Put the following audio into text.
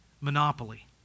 monopoly